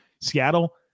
Seattle